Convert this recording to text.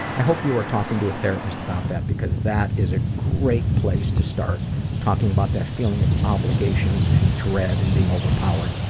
i hope you are talking to a therapist about that, because that is a great place to start talking about that feeling of obligation, and dread, and being overpowered,